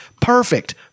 Perfect